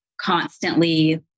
constantly